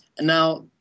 Now